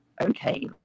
okay